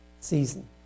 season